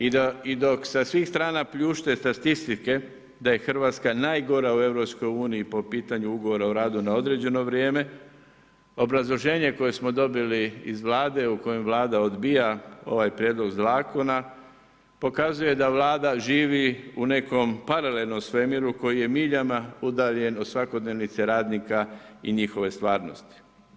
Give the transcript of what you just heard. I dok sa svih strana pljušte statistike da je Hrvatska najgora u EU po pitanja ugovora o radu na određeno vrijeme, obrazloženje koje smo dobili iz Vlade, u kojem Vlada odbija ova Prijedlog Zakona, pokazuje da Vlada živi u nekom paralelnom svemiru koji je miljama udaljen od svakodnevnice radnika i njihove stvarnosti.